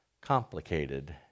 complicated